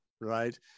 right